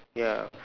ya